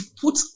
put